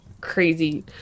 crazy